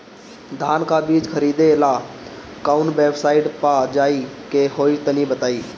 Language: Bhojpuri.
धान का बीज खरीदे ला काउन वेबसाइट पर जाए के होई तनि बताई?